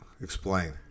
Explain